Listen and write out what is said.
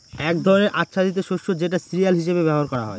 এক ধরনের আচ্ছাদিত শস্য যেটা সিরিয়াল হিসেবে ব্যবহার করা হয়